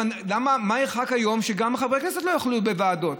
לא ירחק היום שגם חברי הכנסת לא יוכלו בוועדות.